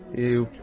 you